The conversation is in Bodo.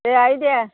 दे आइ दे